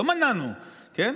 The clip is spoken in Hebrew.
לא מנענו, כן?